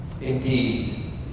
indeed